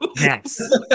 Yes